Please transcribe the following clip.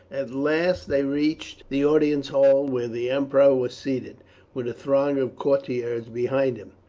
at last they reached the audience hall, where the emperor was seated with a throng of courtiers behind him.